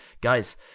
Guys